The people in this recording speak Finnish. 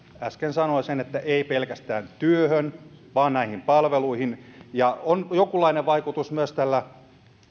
äsken sanoin sen että ei pelkästään työhön vaan näihin palveluihin ja on jonkunlainen vaikutus myös tällä